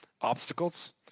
obstacles